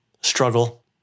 struggle